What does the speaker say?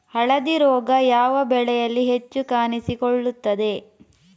ಹಳದಿ ರೋಗ ಯಾವ ಬೆಳೆಯಲ್ಲಿ ಹೆಚ್ಚು ಕಾಣಿಸಿಕೊಳ್ಳುತ್ತದೆ?